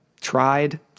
tried